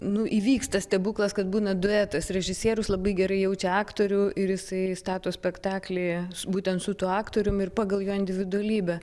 nu įvyksta stebuklas kad būna duetas režisierius labai gerai jaučia aktorių ir jisai stato spektaklį būtent su tuo aktorium ir pagal jo individualybę